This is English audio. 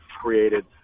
created